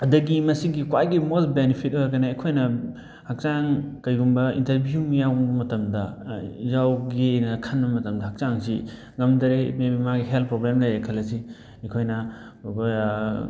ꯑꯗꯒꯤ ꯃꯁꯤꯒꯤ ꯈ꯭ꯋꯥꯏꯒꯤ ꯃꯣꯁ ꯕꯦꯅꯤꯐꯤꯠ ꯑꯣꯏꯔꯒꯅ ꯑꯩꯈꯣꯏꯅ ꯍꯛꯆꯥꯡ ꯀꯔꯤꯒꯨꯝꯕ ꯏꯟꯇꯔꯕ꯭ꯌꯨ ꯑꯃ ꯌꯥꯎꯕ ꯃꯇꯝꯗ ꯌꯥꯎꯒꯦꯅ ꯈꯟꯕ ꯃꯇꯝꯗ ꯍꯛꯆꯥꯡꯁꯤ ꯉꯝꯗꯔꯦ ꯃꯥꯒꯤ ꯍꯦꯜꯊ ꯄ꯭ꯔꯣꯕ꯭ꯂꯦꯝ ꯂꯩꯔꯦ ꯈꯜꯂꯁꯤ ꯑꯩꯈꯣꯏꯅ